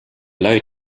low